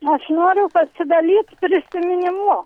aš noriu pasidalyt prisiminimu